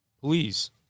Please